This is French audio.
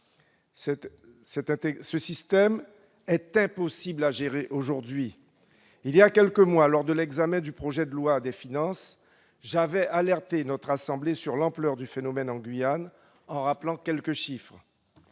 Ce système est impossible à gérer aujourd'hui. Voilà quelques mois, lors de l'examen du projet de loi de finances, j'avais alerté notre assemblée sur l'ampleur du phénomène en Guyane en rappelant quelques chiffres.